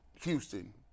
Houston